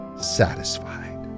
satisfied